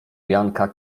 janka